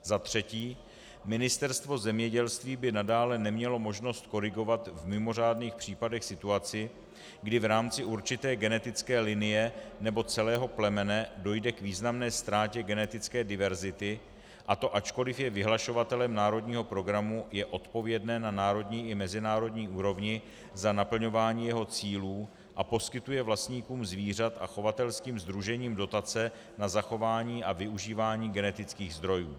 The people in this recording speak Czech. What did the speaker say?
Za třetí, Ministerstvo zemědělství by nadále nemělo možnost korigovat v mimořádných případech situaci, kdy v rámci určité genetické linie nebo celého plemene dojde k významné ztrátě genetické diverzity, a to ačkoliv je vyhlašovatelem národního programu, je odpovědné na národní i mezinárodní úrovni za naplňování jeho cílů a poskytuje vlastníkům zvířat a chovatelským sdružením dotace na zachování a využívání genetických zdrojů.